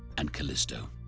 and callisto.